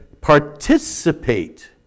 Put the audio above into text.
Participate